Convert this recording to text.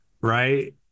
right